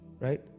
Right